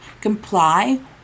comply